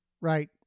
Right